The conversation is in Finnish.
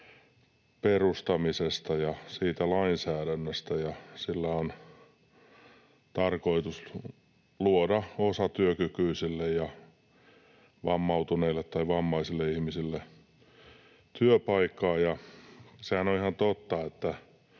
perustamisesta ja siitä lainsäädännöstä. Sillä on tarkoitus luoda osatyökykyisille ja vammautuneille tai vammaisille ihmisille työpaikkoja. Sehän on ihan totta, että